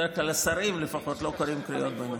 בדרך כלל השרים לפחות לא קוראים קריאות ביניים.